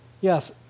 Yes